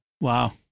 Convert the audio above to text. Wow